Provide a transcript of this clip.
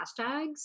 hashtags